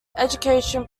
education